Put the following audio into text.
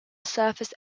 surface